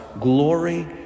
glory